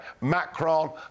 Macron